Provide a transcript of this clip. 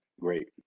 great